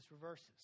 reverses